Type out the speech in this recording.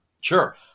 sure